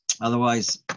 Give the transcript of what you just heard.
Otherwise